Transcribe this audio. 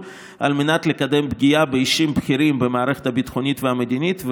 על מנת לקדם פגיעה באישיים בכירים במערכת הביטחונית והמדינית,